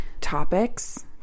topics